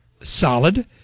solid